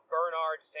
Bernard